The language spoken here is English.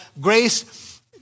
grace